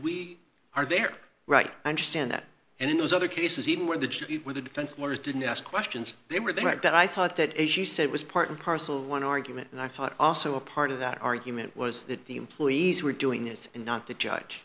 we are there right i understand that and in those other cases even where the judge where the defense lawyers didn't ask questions they were the right that i thought that as you said was part and parcel of one argument and i thought also a part of that argument was that the employees were doing this and not the judge